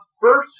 first